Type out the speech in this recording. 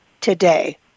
today